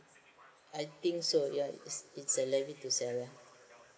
I think so ya it's a levy to sell